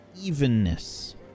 evenness